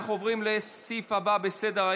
אנחנו עוברים לסעיף הבא בסדר-היום,